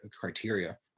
criteria